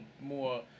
more